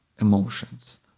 emotions